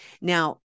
Now